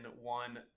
one